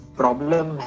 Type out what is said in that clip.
problem